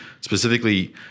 specifically